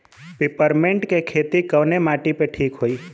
Peppermint के खेती कवने माटी पे ठीक होई?